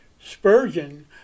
Spurgeon